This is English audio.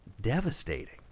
devastating